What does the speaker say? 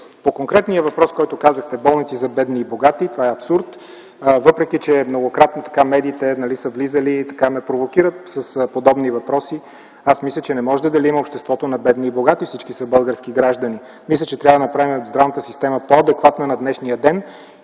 По конкретния въпрос, който зададохте – болници за бедни и богати, това е абсурд! Въпреки, че многократно медиите са ми задавали и ме провокират с подобни въпроси, аз мисля, че не можем да делим обществото на бедни и богати, всички са български граждани. Мисля, че трябва да направим здравната система по-адекватна на днешния ден